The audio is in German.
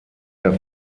der